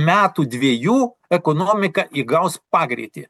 metų dviejų ekonomika įgaus pagreitį